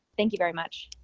thank you very much.